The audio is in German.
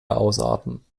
ausarten